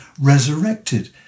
resurrected